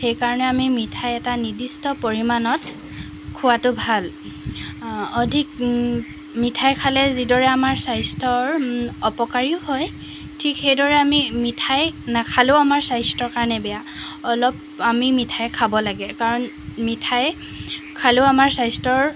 সেইকাৰণে আমি মিঠাই এটা নিৰ্দিষ্ট পৰিমাণত খোৱাতো ভাল অধিক মিঠাই খালে যিদৰে আমাৰ স্বাস্থ্যৰ অপকাৰীও হয় ঠিক সেইদৰে আমি মিঠাই নাখালেও আমাৰ স্বাস্থ্যৰ কাৰণে বেয়া অলপ আমি মিঠাই খাব লাগে কাৰণ মিঠাই খালেও আমাৰ স্বাস্থ্যৰ